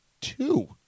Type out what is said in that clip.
two